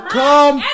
come